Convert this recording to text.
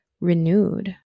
renewed